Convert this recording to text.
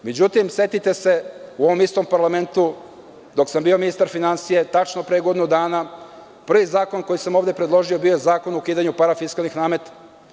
Međutim, setite se, u ovom istom parlamentu dok sam bio ministar finansija tačno pre godinu dana prvi zakon koji sam ovde predložio bio je Zakon o ukidanju parafiskalnih nameta.